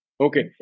Okay